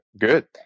good